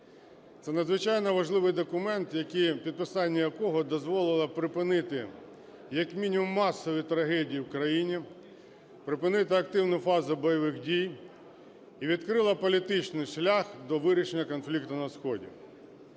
Це надзвичайно важливий документ, підписання якого дозволило припинити як мінімум масові трагедії в країні, припинити активну фазу бойових дій і відкрило політичний шлях до вирішення конфлікту на сході.